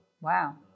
Wow